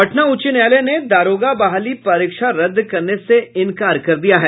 पटना उच्च न्यायालय ने दारोगा बहाली परीक्षा रद्द करने से इंकार कर दिया है